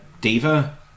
diva